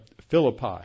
Philippi